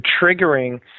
triggering